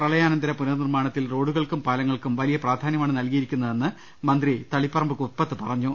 പ്രളയാനന്തര പുനർനിർമ്മാണത്തിൽ റോഡുകൾക്കും പാല ങ്ങൾക്കും വലിയ പ്രാധാന്യമാണ് നൽകിയിരിക്കുന്നതെന്ന് മന്ത്രി സുധാകരൻ തളിപറമ്പ് കുപ്പത്ത് പറഞ്ഞു